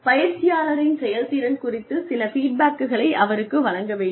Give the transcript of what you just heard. பயிற்சியாளரின் செயல்திறன் குறித்து சில ஃபீட்பேக்குகளை அவருக்கு வழங்க வேண்டும்